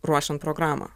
ruošiant programą